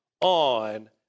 on